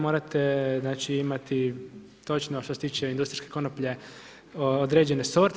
Morate znači, imati točno što se tiče industrijske konoplje, određene sorte.